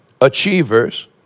achievers